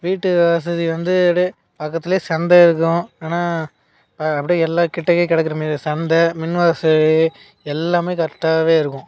வீட்டு வசதி வந்து அப்படியே பக்கத்துலேயே சந்தை இருக்கும் ஆனால் இப்போ அப்படியே எல்லா கிட்டேக்கையே கிடைக்குற மாரி சந்தை மின்வசதி எல்லாமே கரெட்டாகவே இருக்கும்